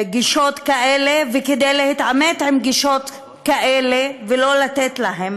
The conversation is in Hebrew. גישות כאלה וכדי להתעמת עם גישות כאלה ולא לתת להן